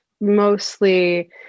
mostly